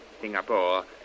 Singapore